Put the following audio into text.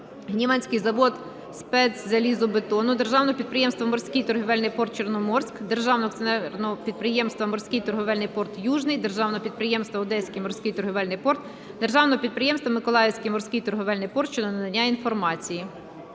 "Гніванський завод спецзалізобетону", Державного підприємства "Морський торговельний порт "Чорноморськ", Державного підприємства "Морський торговельний порт "Южний", Державного підприємства "Одеський морський торговельний порт", Державного підприємства “Миколаївський морський торговельний порт" щодо надання інформації.